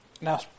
now